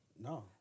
No